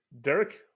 Derek